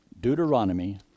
Deuteronomy